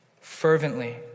fervently